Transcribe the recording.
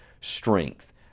strength